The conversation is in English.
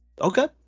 Okay